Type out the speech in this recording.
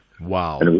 Wow